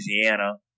Louisiana